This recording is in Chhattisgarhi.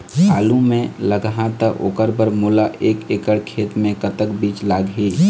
आलू मे लगाहा त ओकर बर मोला एक एकड़ खेत मे कतक बीज लाग ही?